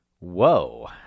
Whoa